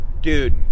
Dude